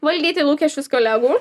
valdyti lūkesčius kolegų